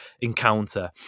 encounter